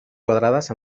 quadrades